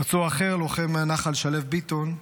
פצוע אחר, לוחם מהנח"ל, שליו ביטון,